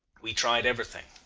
we tried everything.